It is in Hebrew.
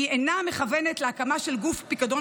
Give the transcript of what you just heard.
היא אינה מכוונת להקמה של גוף פיקדון